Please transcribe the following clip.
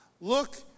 Look